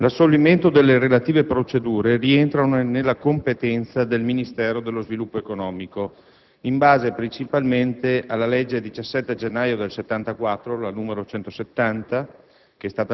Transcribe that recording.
L'assolvimento delle relative procedure rientra nelle competenze del Ministero dello sviluppo economico in base, principalmente, alla legge 17 gennaio 1974, n. 170